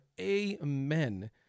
Amen